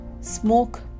Smoke